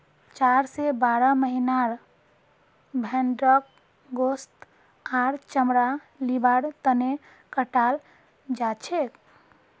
चार स बारह महीनार भेंड़क गोस्त आर चमड़ा लिबार तने कटाल जाछेक